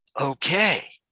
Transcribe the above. okay